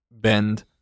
bend